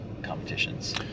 competitions